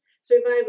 Survival